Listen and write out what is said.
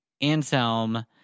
Anselm